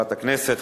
חברת הכנסת,